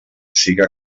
siga